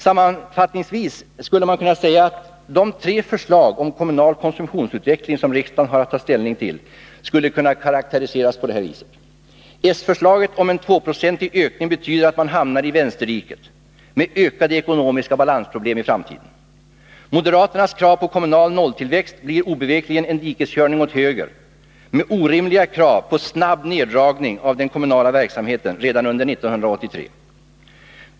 Sammanfattningsvis skulle man kunna säga att de tre förslag om kommunal konsumtionsutveckling som riksdagen har att ta ställning till skulle kunna karakteriseras så här: Socialdemokraternas förslag om en 2 Io ökning betyder att man hamnar i vänsterdiket med ökade ekonomiska balansproblem i framtiden. Moderaternas krav på kommunal nolltillväxt blir obevekligen en dikeskörning åt höger, med orimliga krav på snabb neddragning av den kommunala verksamheten redan under år 1983.